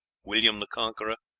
william the conqueror,